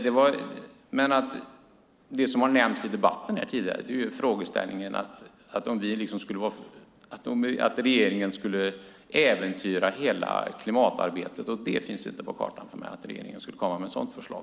Det som har nämnts i debatten här tidigare är frågeställningen ifall regeringen skulle äventyra hela klimatarbetet, och det finns inte på kartan för mig att regeringen skulle komma med ett sådant förslag.